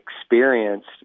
experienced